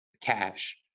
cash